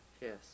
Yes